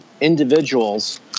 individuals